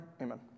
Amen